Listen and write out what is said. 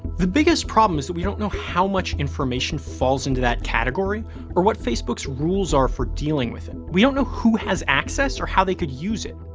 the biggest problem is that we don't know how much information falls into that category or what facebook's rules are for dealing with it. we don't know who has access or how they could use it.